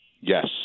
yes